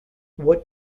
what